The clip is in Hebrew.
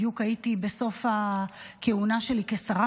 בדיוק הייתי בסוף הכהונה שלי כשרה,